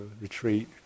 Retreat